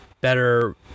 better